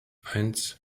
eins